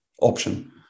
option